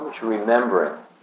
Remembering